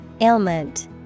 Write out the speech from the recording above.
Ailment